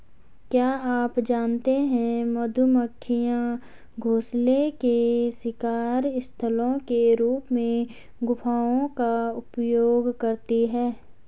क्या आप जानते है मधुमक्खियां घोंसले के शिकार स्थलों के रूप में गुफाओं का उपयोग करती है?